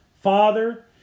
Father